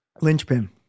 Linchpin